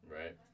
Right